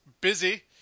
Busy